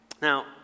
Now